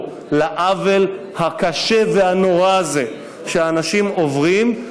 על העוול הקשה והנורא הזה שאנשים עוברים,